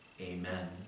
Amen